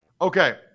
Okay